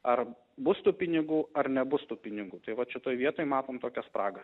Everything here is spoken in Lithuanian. ar bus tų pinigų ar nebus tų pinigų tai vat šitoj vietoj matom tokią spragą